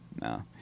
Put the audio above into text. no